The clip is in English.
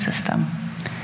system